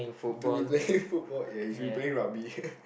to be playing football and you should be playing rugby